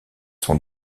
son